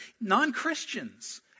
Non-Christians